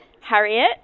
Harriet